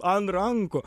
ant rankų